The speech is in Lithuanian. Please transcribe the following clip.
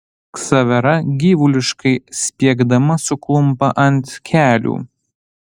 ksavera gyvuliškai spiegdama suklumpa ant kelių